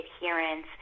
adherence